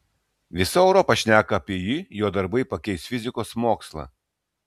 visa europa šneka apie jį jo darbai pakeis fizikos mokslą